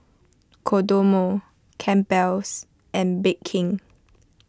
Kodomo Campbell's and Bake King